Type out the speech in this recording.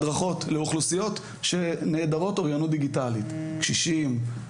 הדרכות לאוכלוסיות שנעדרות אוריינות דיגיטלית: קשישים,